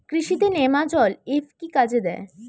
কৃষি তে নেমাজল এফ কি কাজে দেয়?